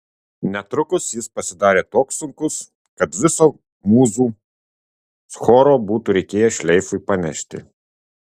netrukus jis pasidarė toks sunkus kad viso mūzų choro būtų reikėję šleifui panešti